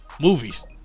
Movies